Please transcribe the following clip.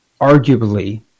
arguably